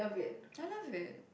I love it